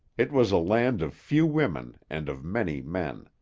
it was a land of few women and of many men.